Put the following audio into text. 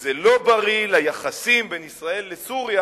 וזה לא בריא ליחסים בין ישראל לסוריה,